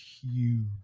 huge